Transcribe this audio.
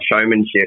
showmanship